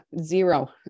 zero